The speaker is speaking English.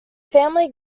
family